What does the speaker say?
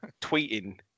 tweeting